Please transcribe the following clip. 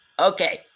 Okay